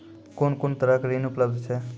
कून कून तरहक ऋण उपलब्ध छै?